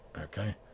Okay